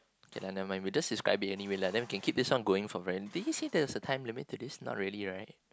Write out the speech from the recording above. okay never mind we just describe it anyway lah then we can keep this one going from whe~ did he say there was a time limit to this not really right